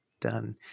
done